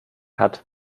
hat